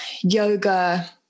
yoga